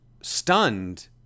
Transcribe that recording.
stunned